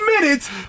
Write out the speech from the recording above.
minutes